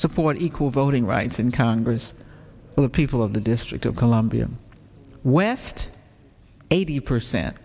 support equal voting rights in congress the people of the district of columbia west eighty percent